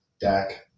Dak